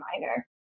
minor